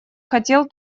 хотел